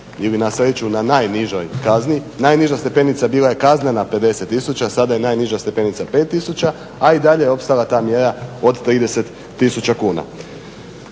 ili na sreću na najnižoj kazni. Najniža stepenica bila je kaznena 50 tisuća, sada je najniža stepenica 5 tisuća, a i dalje je opstala ta mjera od 30 tisuća kuna.